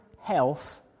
health